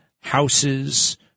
houses